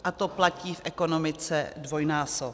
A to platí v ekonomice dvojnásob.